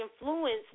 influence